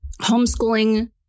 Homeschooling